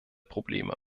probleme